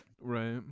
Right